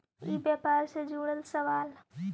ई व्यापार से जुड़ल सवाल?